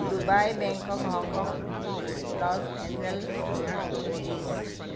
Dubai Bangkok Hong Kong Los Angeles Paris